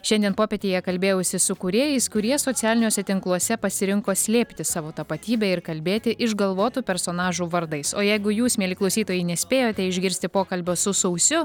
šiandien popietėje kalbėjausi su kūrėjais kurie socialiniuose tinkluose pasirinko slėpti savo tapatybę ir kalbėti išgalvotų personažų vardais o jeigu jūs mieli klausytojai nespėjote išgirsti pokalbio su sausiu